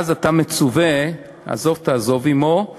אז אתה מצווה "עזֹב תעזֹב עמו";